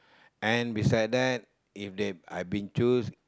and beside that if they I've been choose